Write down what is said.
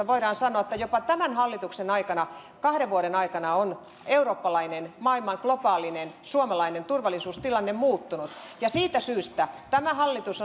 voidaan sanoa että jopa tämän hallituksen aikana kahden vuoden aikana on eurooppalainen globaali ja suomalainen turvallisuustilanne muuttunut siitä syystä tämä hallitus